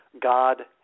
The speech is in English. God